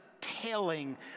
tailing